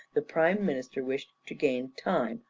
the prime minister wished to gain time,